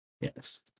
Yes